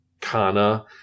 Kana